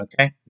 Okay